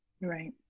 Right